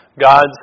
God's